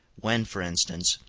when, for instance,